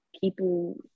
keeping